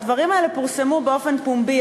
הדברים האלה פורסמו באופן פומבי,